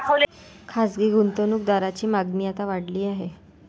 खासगी गुंतवणूक दारांची मागणी आता वाढली आहे